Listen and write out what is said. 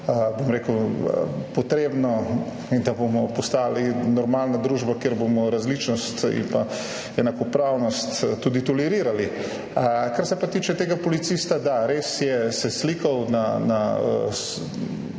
bom rekel, potrebno in da bomo postali normalna družba, kjer bomo različnost in pa enakopravnost tudi tolerirali. Kar se pa tiče tega policista, da, res se je slikal,